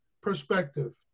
perspective